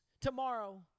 tomorrow